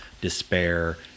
despair